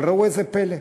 אבל ראו איזה פלא: